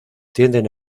tienden